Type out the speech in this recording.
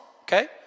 okay